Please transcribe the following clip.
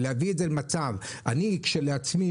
אני כשלעצמי,